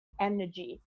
energy